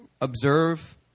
observe